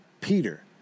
Peter